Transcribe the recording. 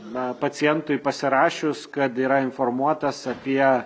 na pacientui pasirašius kad yra informuotas apie